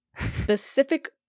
specific